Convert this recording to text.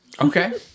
okay